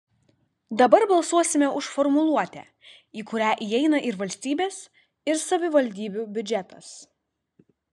dabar balsuosime už formuluotę į kurią įeina ir valstybės ir savivaldybių biudžetas